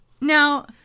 Now